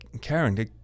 Karen